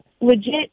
legit